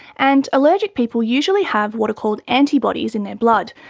and allergic people usually have what are called antibodies in their blood,